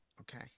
Okay